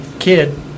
kid